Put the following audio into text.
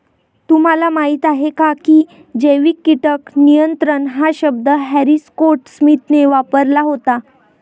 तुम्हाला माहीत आहे का की जैविक कीटक नियंत्रण हा शब्द हॅरी स्कॉट स्मिथने वापरला होता?